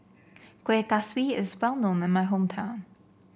Kuih Kaswi is well known in my hometown